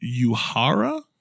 Yuhara